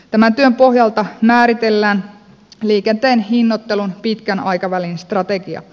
tämän työn pohjalta määritellään liikenteen hinnoittelun pitkän aikavälin strategia